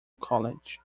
college